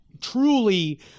truly